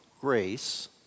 Grace